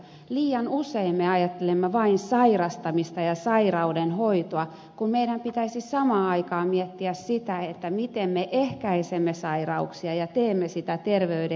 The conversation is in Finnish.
liian usein me ajattelemme vain sairastamista ja sairauden hoitoa kun meidän pitäisi samaan aikaan miettiä sitä miten me ehkäisemme sairauksia ja teemme sitä terveyden edistämistä